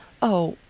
oh,